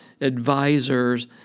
advisors